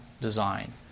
design